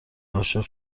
عاشق